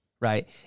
Right